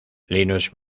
linux